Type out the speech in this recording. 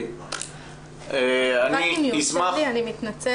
אם יורשה לי, אני מתנצלת.